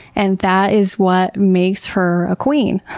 and that is what makes her a queen.